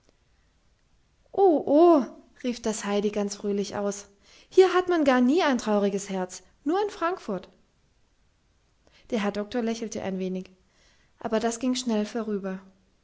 oh rief das heidi ganz fröhlich aus hier hat man gar nie ein trauriges herz nur in frankfurt der herr doktor lächelte ein wenig aber das ging schnell vorüber